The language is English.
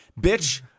Bitch